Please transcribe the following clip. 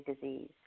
disease